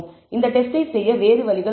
இந்த டெஸ்டை செய்ய வேறு வழிகள் உள்ளன